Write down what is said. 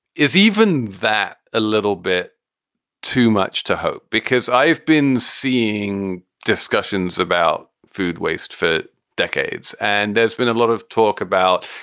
is even that a little bit too much to hope? because i've been seeing discussions about food waste for decades and there's been a lot of talk about,